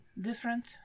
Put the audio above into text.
different